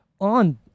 on